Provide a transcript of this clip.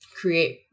create